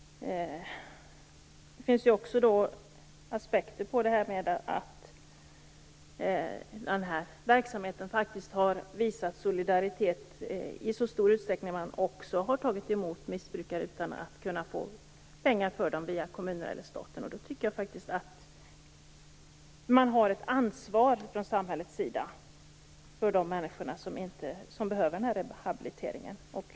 Det finns också den aspekten att den här verksamheten har visat solidaritet i så stor utsträckning att man har tagit emot missbrukare utan att kunna få pengar för dem via kommuner eller staten. Jag tycker då att samhället har ett ansvar för de människor som behöver den här rehabiliteringen.